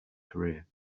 career